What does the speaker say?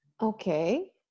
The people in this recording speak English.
Okay